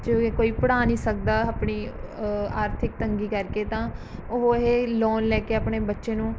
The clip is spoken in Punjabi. ਜਿਵੇਂ ਕੋਈ ਪੜ੍ਹਾ ਨਹੀਂ ਸਕਦਾ ਆਪਣੀ ਆਰਥਿਕ ਤੰਗੀ ਕਰਕੇ ਤਾਂ ਉਹ ਇਹ ਲੋਨ ਲੈ ਕੇ ਆਪਣੇ ਬੱਚੇ ਨੂੰ